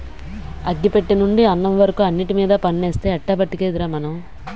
అగ్గి పెట్టెనుండి అన్నం వరకు అన్నిటిమీద పన్నేస్తే ఎట్టా బతికేదిరా మనం?